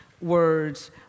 words